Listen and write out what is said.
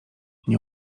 nie